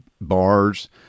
bars